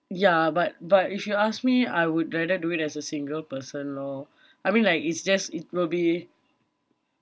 ya but but if you ask me I would rather do it as a single person lor I mean like it's just it will be